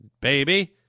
baby